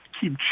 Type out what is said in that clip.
keep